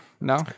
No